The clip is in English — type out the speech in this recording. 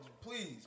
please